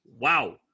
wow